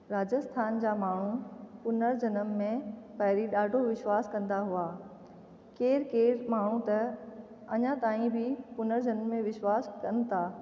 राजस्थान जा माण्हू पुनर जनम में पहिरीं ॾाढो विश्वास कंदा हुआ केरु केरु माण्हू त अञा ताईं बि पुनर जनम में विश्वास कनि था